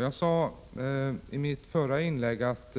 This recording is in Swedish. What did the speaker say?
Jag sade i mitt förra inlägg att